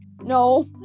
No